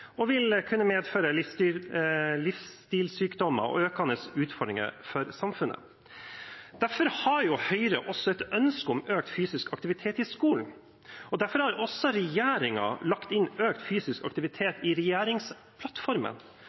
og vil kunne medføre livsstilssykdommer og økende utfordringer for samfunnet. Derfor har Høyre også et ønske om økt fysisk aktivitet i skolen, derfor har regjeringen lagt inn økt fysisk aktivitet i regjeringsplattformen,